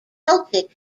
celtic